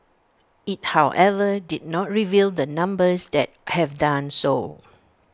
IT however did not reveal the numbers that have done so